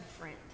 friend